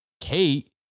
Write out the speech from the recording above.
Kate